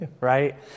right